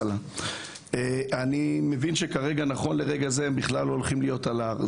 אני מבין שנכון לרגע זה איחוד הצלה בכלל לא הולכים להיות על ההר.